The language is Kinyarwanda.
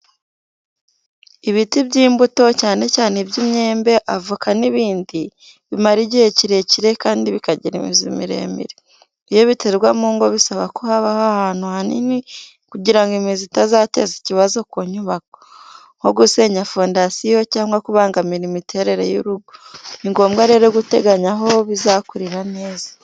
Ibiti by’imbuto, cyane cyane iby’imyembe, avoka n’ibindi, bimara igihe kirekire kandi bikagira imizi miremire. Iyo biterwa mu ngo bisaba ko habaho ahantu hanini kugira ngo imizi itazateza ikibazo ku nyubako, nko gusenya fondasiyo cyangwa kubangamira imiterere y’urugo. Ni ngombwa rero guteganya aho bizakurira neza.